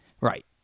Right